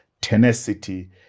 tenacity